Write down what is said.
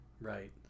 Right